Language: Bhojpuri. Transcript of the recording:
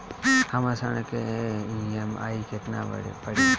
हमर ऋण के ई.एम.आई केतना पड़ी?